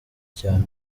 cyane